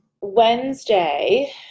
Wednesday